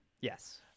Yes